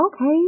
Okay